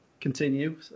continue